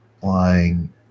flying